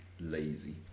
lazy